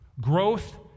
Growth